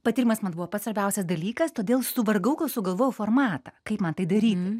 patyrimas man buvo pats svarbiausias dalykas todėl suvargau kol sugalvojau formatą kaip man tai daryti